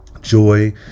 joy